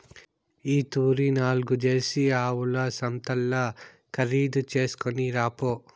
ఈ తూరి నాల్గు జెర్సీ ఆవుల సంతల్ల ఖరీదు చేస్కొని రాపో